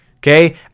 Okay